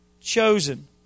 chosen